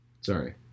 Sorry